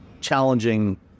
challenging